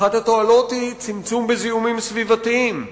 אחת התועלות היא צמצום בזיהומים סביבתיים,